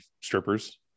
strippers